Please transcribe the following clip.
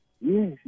Yes